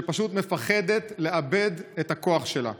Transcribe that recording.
שפשוט מפחדת לאבד את הכוח שלה.